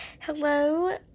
hello